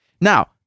Now